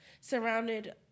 surrounded